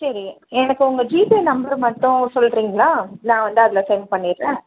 சரி எனக்கு உங்கள் ஜீபே நம்பர் மட்டும் சொல்லுறீங்களா நான் வந்து அதில் சென்ட் பண்ணிடுறேன்